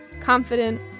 Confident